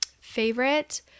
favorite